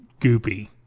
goopy